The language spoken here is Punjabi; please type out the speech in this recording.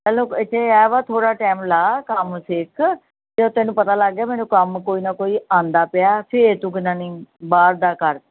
ਹੈਲੋ ਇੱਥੇ ਹੈ ਵਾ ਥੋੜ੍ਹਾ ਟਾਈਮ ਲਾ ਕੰਮ ਸਿੱਖ ਅਤੇ ਉਹ ਤੈਨੂੰ ਪਤਾ ਲੱਗ ਗਿਆ ਮੈਨੂੰ ਕੰਮ ਕੋਈ ਨਾ ਕੋਈ ਆਉਂਦਾ ਪਿਆ ਫਿਰ ਤੂੰ ਬਾਹਰ ਦਾ ਕਰ